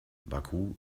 baku